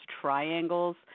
triangles